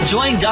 Join